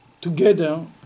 together